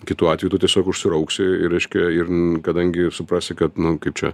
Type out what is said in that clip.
kitu atveju tu tiesiog užsirauksi ir reiškia ir kadangi suprasi kad nu kaip čia